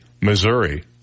Missouri